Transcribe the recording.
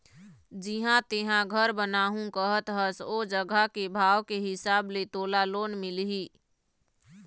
जिहाँ तेंहा घर बनाहूँ कहत हस ओ जघा के भाव के हिसाब ले तोला लोन मिलही